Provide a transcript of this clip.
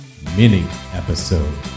mini-episode